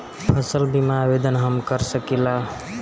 फसल बीमा के आवेदन हम कर सकिला?